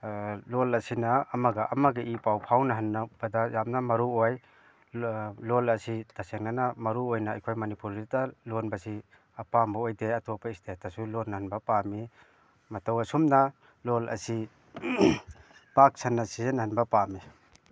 ꯂꯣꯜ ꯑꯁꯤꯅ ꯑꯃꯒ ꯑꯃꯒ ꯏ ꯄꯥꯎ ꯐꯥꯎꯅꯍꯟꯅꯕꯗ ꯌꯥꯝꯅ ꯃꯔꯨ ꯑꯣꯏ ꯂꯣꯜ ꯑꯁꯤ ꯇꯁꯦꯡꯅꯅ ꯃꯔꯨ ꯑꯣꯏꯅ ꯑꯩꯈꯣꯏ ꯃꯅꯤꯄꯨꯔꯗꯇ ꯂꯣꯟꯕꯁꯤ ꯑꯄꯥꯝꯕ ꯑꯣꯏꯗꯦ ꯑꯇꯣꯞꯄ ꯏꯁꯇꯦꯠꯇꯁꯨ ꯂꯣꯟꯅ ꯍꯟꯕ ꯄꯥꯝꯃꯤ ꯃꯇꯧ ꯑꯁꯨꯝꯅ ꯂꯣꯜ ꯑꯁꯤ ꯄꯥꯛ ꯁꯟꯅ ꯁꯤꯖꯤꯟꯅꯍꯟꯕ ꯄꯥꯝꯃꯤ